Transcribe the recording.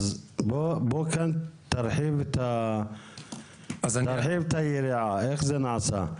אז בוא כאן תרחיב את היריעה, איך זה נעשה?